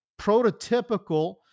prototypical